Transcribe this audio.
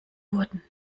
wurden